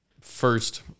first